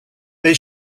they